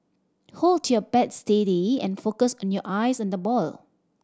hold your bat steady and focus on your eyes on the ball